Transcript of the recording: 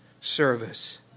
service